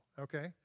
okay